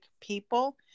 people